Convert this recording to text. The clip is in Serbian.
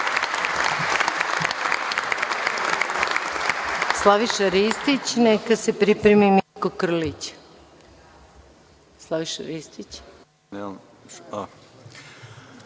Slaviša Ristić, a neka se pripremi Mirko Krlić. **Slaviša Ristić**